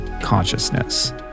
consciousness